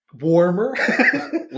Warmer